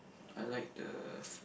I like the